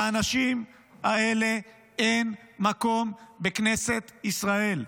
לאנשים האלה אין מקום בכנסת ישראל.